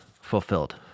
fulfilled